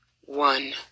One